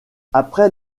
après